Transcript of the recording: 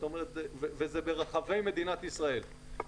וזה ברחבי מדינת ישראל.